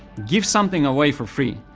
give something away for free.